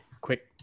Quick